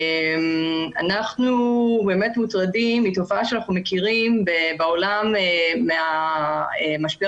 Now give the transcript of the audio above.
אנחנו מוטרדים מתופעה שמכירים מהעולם מהמשבר